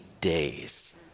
days